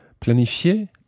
Planifier